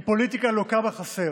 הוא פוליטיקה לוקה בחסר.